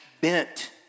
bent